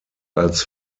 als